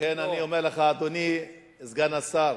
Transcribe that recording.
לכן אני אומר לך, אדוני סגן השר,